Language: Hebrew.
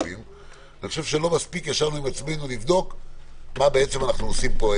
לא מספיק ישבנו עם עצמנו לבדוק מה בעצם אנחנו עושים פה.